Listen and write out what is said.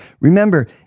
Remember